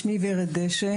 שלום רב, אני ורד דשא,